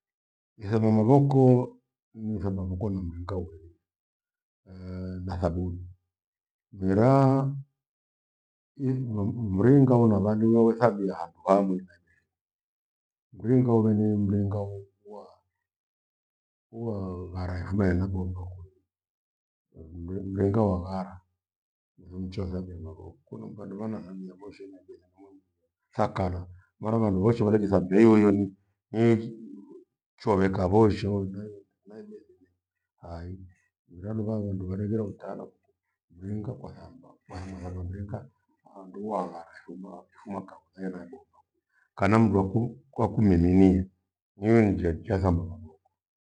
Ithamba mavoko niithamba kuko na mringa weru na thabuni. Miraa ighinom mringa ura vadua wethabiha aha handu hamwi. Mringa ure ni mringa hu- waa huu- waa- waraefugha enabondokwi, mrigha wa ghara uthimchwe thabi ni maghoku. Kunu vandu vanathambia voshe ena bithabuni thakaro maana vandu voshe walejithambia hiyohiyoni nyii- chwaveka voshe hoi- nai- na ibethenyi hai. Mira luva vandu variverotana kwia mringa kwa thamba. Maana kwatha mringa wandu walayashuma ifuma kakuthaila duka kana mndu aku kwakumiminia nii njia chwathamba mavoko